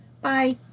Bye